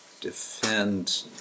defend